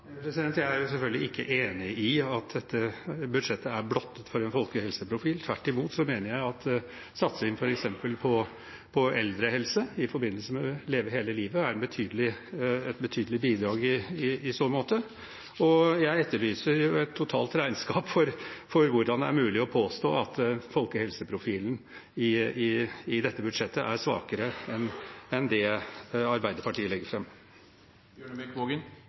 Jeg er selvfølgelig ikke enig i at dette budsjettet er «blottet for» en folkehelseprofil. Tvert imot mener jeg at satsingen på f.eks. eldrehelse i forbindelse med «Leve hele livet» er et betydelig bidrag i så måte. Jeg etterlyser et totalt regnskap for hvordan det er mulig å påstå at folkehelseprofilen i dette budsjettet er svakere enn det Arbeiderpartiet legger